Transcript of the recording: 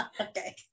Okay